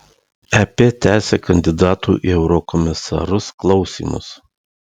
ep tęsia kandidatų į eurokomisarus klausymus